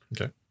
Okay